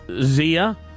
Zia